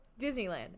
Disneyland